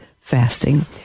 fasting